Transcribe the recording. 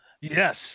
Yes